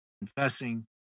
confessing